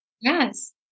Yes